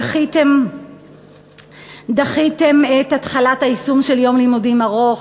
דחיתם את התחלת היישום של יום לימודים ארוך,